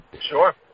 Sure